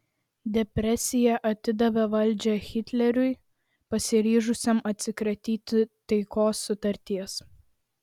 depresija atidavė valdžią hitleriui pasiryžusiam atsikratyti taikos sutarties